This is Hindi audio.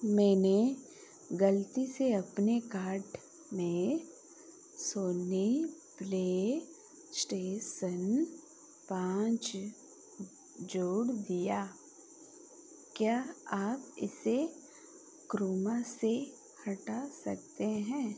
मैंने ग़लती से अपने कार्ड में सोनी प्लेस्टेशन पाँच जोड़ दिया क्या आप इसे क्रोमा से हटा सकते हैं